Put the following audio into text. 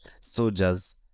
soldiers